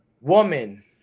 woman